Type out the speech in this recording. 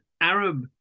Arab